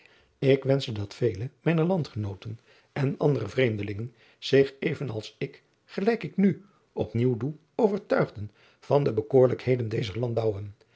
k wenschte dat vele mijner andgenootten en andere vreemdelingen zich even als ik gelijk ik nu op nieuw doe overtuigden van de bekoorlijkheden dezer landouwen